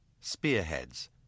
Spearheads